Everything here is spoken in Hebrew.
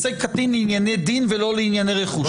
קטין לענייני דין, ולא לענייני רכוש.